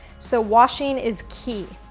so washing is key.